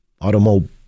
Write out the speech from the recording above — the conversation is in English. automobile